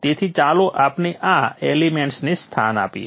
તેથી ચાલો આપણે આ એલિમેન્ટ્સને સ્થાન આપીએ